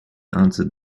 answered